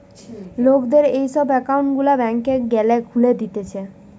লোকদের এই সব একউন্ট গুলা ব্যাংকে গ্যালে খুলে দিতেছে